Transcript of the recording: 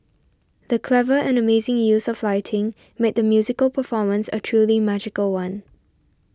the clever and amazing use of lighting made the musical performance a truly magical one